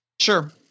sure